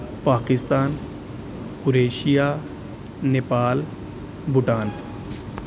Pakistan Croatia Nepal Bhutan